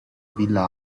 villa